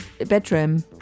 bedroom